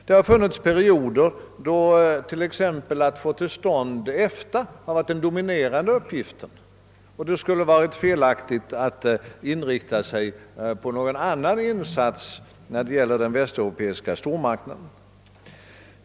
Det har funnits perioder då t.ex. att få till stånd EFTA har varit den dominerande uppgiften och det skulle ha varit felaktigt att inrikta sig på någon annan insats när det gällt den västeuropeiska stormarknaden.